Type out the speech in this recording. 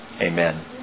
Amen